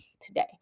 today